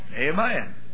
Amen